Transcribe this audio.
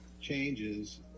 changes